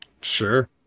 sure